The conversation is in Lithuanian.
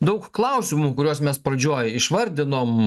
daug klausimų kuriuos mes pradžioj išvardinom